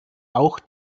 auch